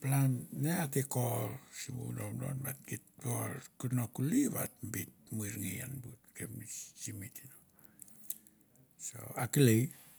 palan ne ate kor, simbu vodovodon.